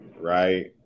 right